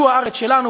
זו הארץ שלנו,